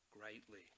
greatly